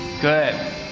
Good